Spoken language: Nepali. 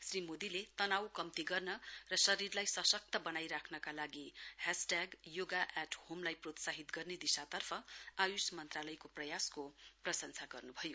श्री मोदीले तनाउ कम्ती गर्न र शरीरलाई सशक्त वनाइ राख्नका लागि हैशटैग योगा एट होम लाई प्रोत्साहित गर्ने दिशातर्फ आयुष मन्त्रालयको प्रयासको प्रशंसा गर्नुभयो